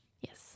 Yes